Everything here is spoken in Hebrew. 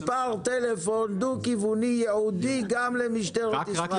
מספר טלפון דו כיווני ייעודי גם למשטרת ישראל.